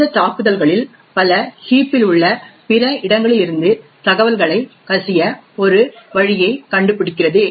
இந்த தாக்குதல்களில் பல ஹீப் இல் உள்ள பிற இடங்களிலிருந்து தகவல்களை கசிய ஒரு வழியைக் கண்டுபிடிக்கிறது